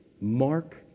Mark